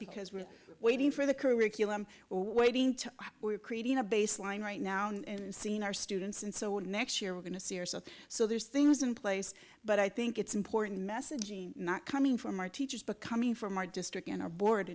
because we're waiting for the curriculum we're waiting to we're creating a baseline right now and seen our students and so on next year we're going to see or so so there's things in place but i think it's important message not coming from our teachers but coming from our district and our board